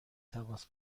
تماس